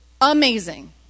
Amazing